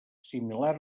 similar